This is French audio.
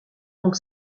donc